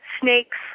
snakes